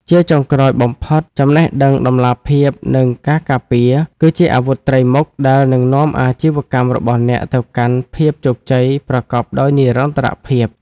ជាចុងក្រោយបំផុត "ចំណេះដឹង តម្លាភាព និងការការពារ" គឺជាអាវុធត្រីមុខដែលនឹងនាំអាជីវកម្មរបស់អ្នកទៅកាន់ភាពជោគជ័យប្រកបដោយនិរន្តរភាព។